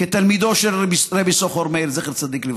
כתלמידו של רבי יששכר מאיר זצ"ל.